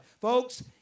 Folks